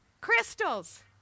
Crystals